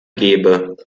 gebe